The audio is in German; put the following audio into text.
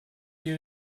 die